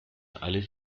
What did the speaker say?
alles